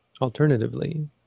alternatively